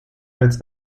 als